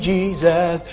Jesus